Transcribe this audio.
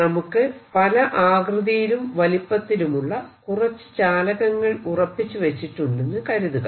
നമുക്ക് പല ആകൃതിയിലും വലിപ്പത്തിലുമുള്ള കുറച്ചു ചാലകങ്ങൾ ഉറപ്പിച്ചു വെച്ചിട്ടുണ്ടെന്നു കരുതുക